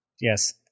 Yes